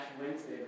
Wednesday